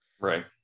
right